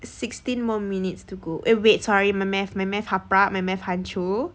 sixteen more minutes to go eh wait sorry my math my math haprak my math hancur